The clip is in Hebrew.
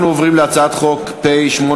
אנחנו עוברים להצעת חוק פ/886,